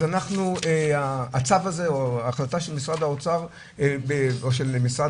אז הצו הזה או החלטה של משרד האוצר או הכלכלה,